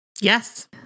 Yes